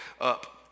up